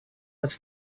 was